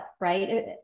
right